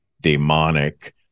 demonic